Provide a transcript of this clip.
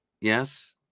Yes